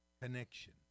connection